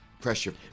pressure